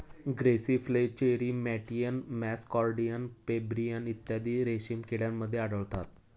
grasserie flacherie मॅटियन muscardine pebrine इत्यादी रेशीम किड्यांमध्ये आढळतात